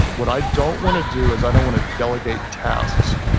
what i don't want to do, is i don't want to delegate tasks.